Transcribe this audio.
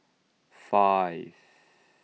five